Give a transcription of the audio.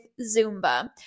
zumba